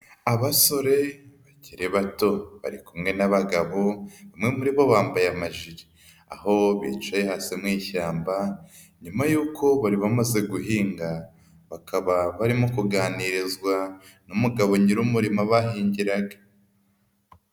Abasore bakiri bato bari kumwe n'abagabo, bamwe muri bo bambaye amajire, aho bicaye hasi mu ishyamba nyuma y'uko bari bamaze guhinga bakaba barimo kuganirizwa n'umugabo nyiri umurima bahingiraga.